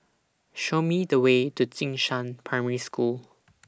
Show Me The Way to Jing Shan Primary School